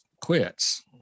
quits